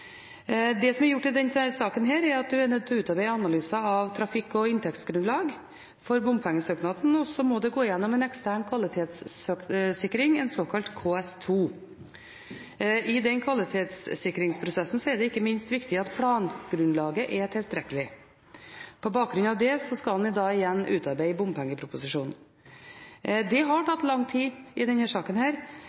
Det som er gjort i denne saken, er at man er nødt til å utarbeide analyser av trafikk- og inntektsgrunnlag for bompengesøknaden, og så må det gå gjennom en ekstern kvalitetssikring, en såkalt KS2. I den kvalitetssikringsprosessen er det ikke minst viktig at plangrunnlaget er tilstrekkelig. På bakgrunn av det skal man da igjen utarbeide bompengeproposisjonen. Det har tatt lang tid i denne saken. Jeg er imidlertid kjent med at arbeidet med den